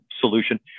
solution